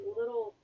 little